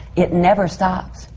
it never stops,